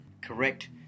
correct